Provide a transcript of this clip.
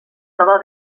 troba